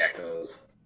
geckos